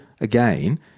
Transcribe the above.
again